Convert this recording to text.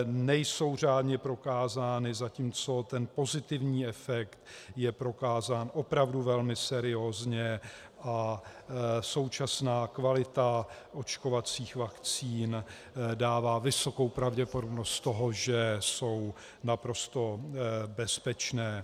Nejsou řádně prokázány, zatímco ten pozitivní efekt je prokázán opravdu velmi seriózně a současná kvalita očkovacích vakcín dává vysokou pravděpodobnost toho, že jsou naprosto bezpečné.